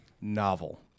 Novel